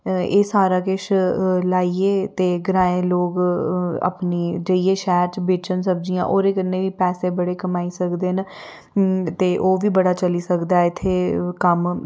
एह् सारा किश लाइयै ते ग्राईं लोक अपनी जाइयै शैह्र च बेचन सब्जियां ओह्दे कन्नै बी पैसे बड़े कमाई सकदे न ते ओह् बी बड़ा चली सकदा ऐ इत्थैं कम्म